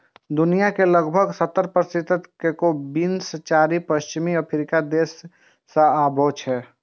दुनिया के लगभग सत्तर प्रतिशत कोको बीन्स चारि पश्चिमी अफ्रीकी देश सं आबै छै